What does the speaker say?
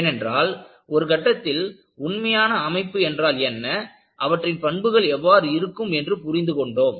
ஏனென்றால் ஒரு கட்டத்தில் உண்மையான அமைப்பு என்றால் என்ன அவற்றின் பண்புகள் எவ்வாறு இருக்கும் என்று புரிந்து கொண்டோம்